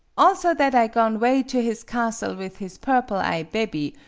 also, that i go'n' away to his castle with his purple-eye' bebby,